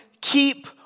keep